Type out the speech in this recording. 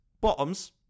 bottoms